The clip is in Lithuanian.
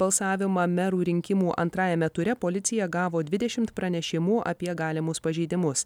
balsavimą merų rinkimų antrajame ture policija gavo dvidešim pranešimų apie galimus pažeidimus